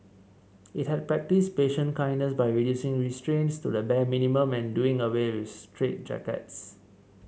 it had practised patient kindness by reducing restraints to the bare minimum and doing away with straitjackets